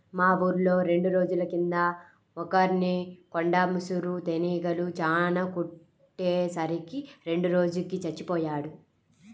మా ఊర్లో రెండు రోజుల కింద ఒకర్ని కొండ ముసురు తేనీగలు చానా కుట్టే సరికి రెండో రోజుకి చచ్చిపొయ్యాడు